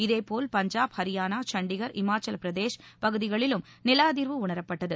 இதே போல் பஞ்சாப் ஹரியானா சண்டிகர் ஹிமாச்சல்பிரதேஷ் பகுதிகளிலும் நிலஅதிர்வு உணரப்பட்டது